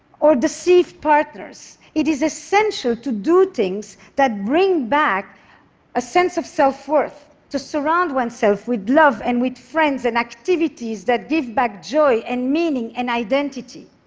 or deceived partners, it is essential to do things that bring back a sense of self-worth, to surround oneself with love and with friends and activities that give back joy and meaning and identity.